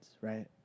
right